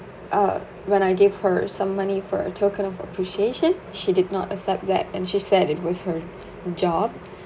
ugh when I gave her some money for a token of appreciation she did not accept that and she said it was her job